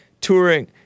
touring